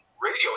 radio